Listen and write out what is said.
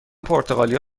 پرتغالی